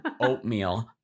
oatmeal